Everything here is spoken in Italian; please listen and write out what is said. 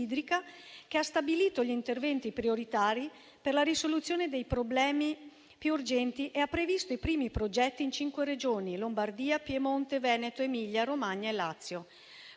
che ha stabilito gli interventi prioritari per la risoluzione dei problemi più urgenti e ha previsto i primi progetti in cinque regioni: Lombardia, Piemonte, Veneto, Emilia-Romagna e Lazio.